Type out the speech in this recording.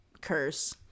curse